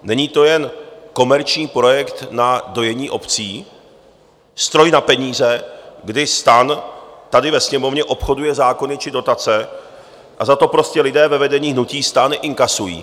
Není to jen komerční projekt na dojení obcí, stroj na peníze, kdy STAN tady ve Sněmovně obchoduje zákony či dotace a za to prostě lidé ve vedení hnutí STAN inkasují?